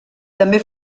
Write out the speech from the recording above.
també